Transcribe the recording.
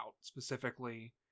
specifically